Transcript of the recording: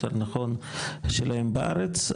יותר נכון שלהם בארץ.